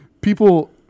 people